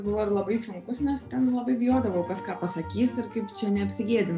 buvo ir labai sunkus nes ten labai bijodavau kas ką pasakys ir kaip čia neapsigėdint